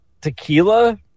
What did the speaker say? tequila